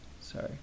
Sorry